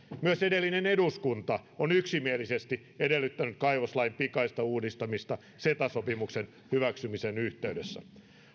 myös edellinen eduskunta on yksimielisesti edellyttänyt kaivoslain pikaista uudistamista ceta sopimuksen hyväksymisen yhteydessä